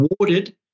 awarded